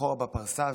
מאחור בפרסה,